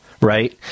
Right